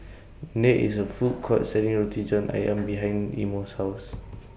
There IS A Food Court Selling Roti John Ayam behind Imo's House